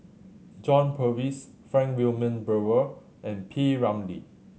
John Purvis Frank Wilmin Brewer and P Ramlee